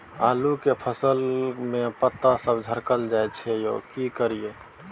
आलू के फसल में पता सब झरकल जाय छै यो की करियैई?